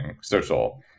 social